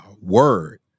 word